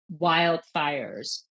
wildfires